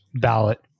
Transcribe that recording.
ballot